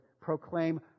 proclaim